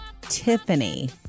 tiffany